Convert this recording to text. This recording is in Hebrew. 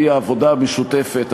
והוא העבודה המשותפת,